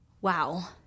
Wow